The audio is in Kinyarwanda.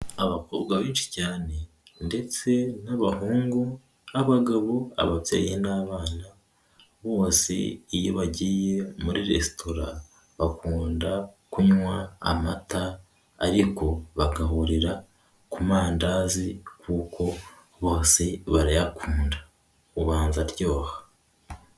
Abakobwa benshi cyane ndetse n'abahungu n'abagabo ababyeyi n'abana, bose iyo bagiye muri resitora bakunda kunywa amata ariko bagahurira kumandazi kuko bose barayakunda ubanza aryoha.